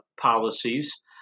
policies